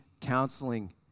counseling